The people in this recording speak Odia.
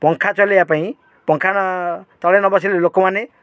ପଙ୍ଖା ଚଲେଇବା ପାଇଁ ପଙ୍ଖା ତଳେ ନ ବସିଲେ ଲୋକମାନେ